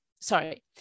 sorry